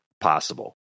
possible